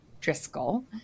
Driscoll